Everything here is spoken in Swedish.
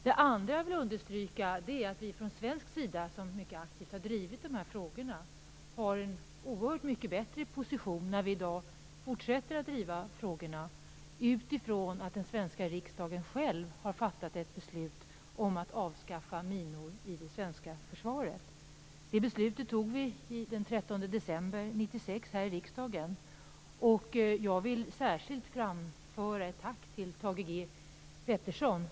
Det andra jag vill understryka är att vi från svensk sida - vi har ju mycket aktivt drivit de här frågorna - har en oerhört mycket bättre position när vi i dag fortsätter att driva dem. Det har vi utifrån det förhållandet att den svenska riksdagen har fattat ett beslut om att avskaffa minor i det svenska försvaret. Det beslutet fattade vi den 13 december 1996 här i riksdagen. Jag vill särskilt framföra ett tack till Thage G Peterson.